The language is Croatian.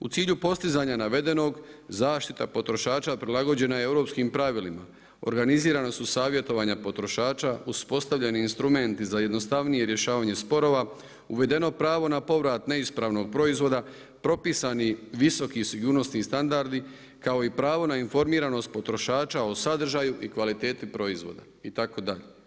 U cilju postizanja navedenog zaštita potrošača prilagođena je europskim pravilima, organizirana su savjetovanja potrošača, uspostavljeni instrumenti za jednostavnije rješavanje sporova, uvedeno pravo na povrat neispravnog proizvoda, propisani visoki sigurnosni standardi kao i pravi na informiranost potrošača o sadržaju i kvaliteti proizvoda itd.